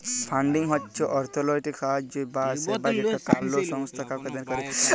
funding হচ্ছ অর্থলৈতিক সাহায্য বা সেবা যেটা কোলো সংস্থা কাওকে দেন করেক